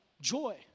joy